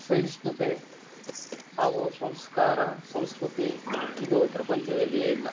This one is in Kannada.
ಸಹಿಷ್ಣುತೆ ಹಾಗೂ ಸಂಸ್ಕಾರ ಸಂಸ್ಕೃತಿ ಇದು ಪ್ರಪಂಚದಲ್ಲಿಯೇ ಇಲ್ಲ